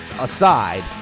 aside